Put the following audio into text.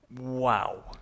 Wow